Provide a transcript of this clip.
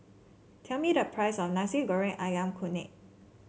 tell me the price of Nasi Goreng ayam kunyit